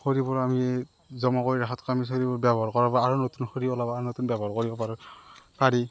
খৰিবোৰ আমি জমা কৰি ৰখাতকৈ আমি খৰিবোৰ ব্যৱহাৰ কৰা ভাল আৰু নতুন খৰি ওলাব আৰু নতুন ব্যৱহাৰ কৰিব পাৰোঁ